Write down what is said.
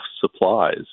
supplies